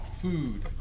Food